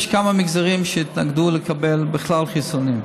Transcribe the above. יש כמה מגזרים שהתנגדו לקבל בכלל חיסונים.